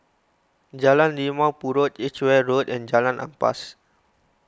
Jalan Limau Purut Edgeware Road and Jalan Ampas